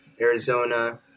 Arizona